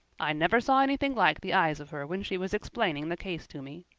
i never saw anything like the eyes of her when she was explaining the case to me.